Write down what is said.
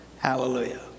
Hallelujah